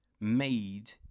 Made